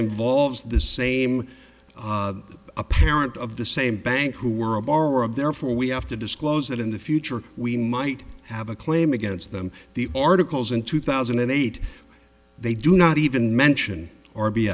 involves the same parent of the same bank who were a borrower of therefore we have to disclose that in the future we might have a claim against them the articles in two thousand and eight they do not even mention r b